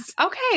Okay